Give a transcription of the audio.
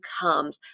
comes